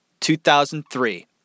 2003